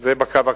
זה בקו הקיים.